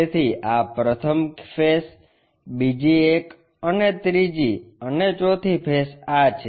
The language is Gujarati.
તેથી આ પ્રથમ ફેસ બીજી એક અને ત્રીજી અને ચોથી ફેસ આ છે